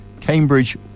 Cambridge